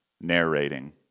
narrating